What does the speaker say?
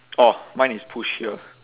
orh mine is push here